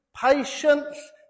patience